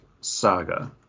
Saga